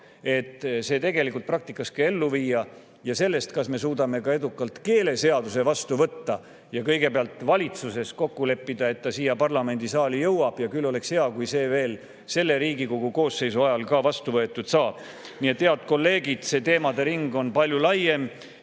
et see tegelikult praktikas ellu viia, ning sellest, kas me suudame ka edukalt keeleseaduse vastu võtta ja kõigepealt valitsuses kokku leppida, et ta siia parlamendisaali jõuab. Ja küll oleks hea, kui see veel selle Riigikogu koosseisu ajal vastu võetud saab. Nii et, head kolleegid, see teemade ring on palju laiem